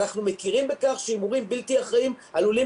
אנחנו מכירים בכך שהימורים בלתי אחראיים עלולים